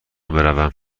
بروم